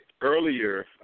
earlier